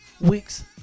Weeks